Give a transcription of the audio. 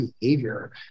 behavior